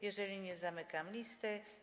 Jeżeli nie, zamykam listę.